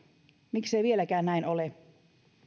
miksei vieläkään näin ole